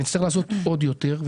אבל נצטרך לעשות עוד יותר.